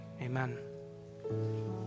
amen